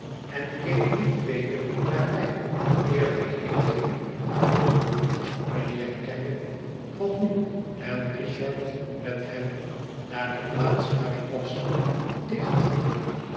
en keek niet weder naar mij eer wij heengingen mijnheer kenge kwam nu en richard met hem naar de plaats waar ik was dicht